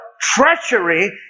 treachery